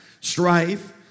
strife